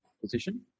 position